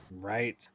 Right